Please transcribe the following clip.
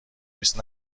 نیست